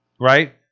right